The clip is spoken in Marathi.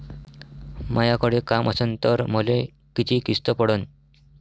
मायाकडे काम असन तर मले किती किस्त पडन?